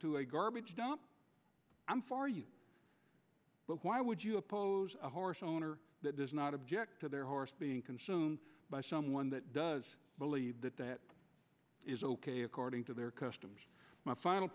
to a garbage dump i'm for you but why would you oppose a horse owner that does not object to their horse being consumed by someone that does believe that that is ok according to their customs my final